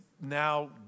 now